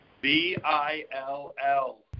B-I-L-L